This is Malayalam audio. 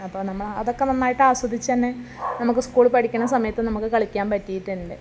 അപ്പോൾ നമ്മൾ അതൊക്കെ നന്നായിട്ട് ആസ്വദിച്ചുതന്നെ നമ്മൾക്ക് സ്കൂളിൽ പഠിക്കണ സമയത്ത് നമ്മൾക്ക് കളിക്കാൻ പറ്റിയിട്ടുണ്ട്